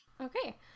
Okay